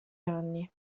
anni